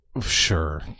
Sure